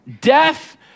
Death